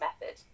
method